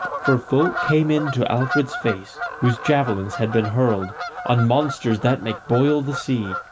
for folk came in to alfred's face whose javelins had been hurled on monsters that make boil the sea,